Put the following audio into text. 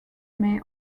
may